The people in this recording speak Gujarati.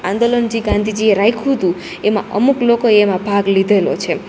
આંદોલન જી ગાંધીજીએ રાયખું તું એમાં અમુક લોકો એવા ભાગ લીધેલો છે